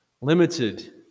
limited